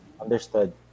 understood